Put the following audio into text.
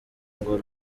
ngo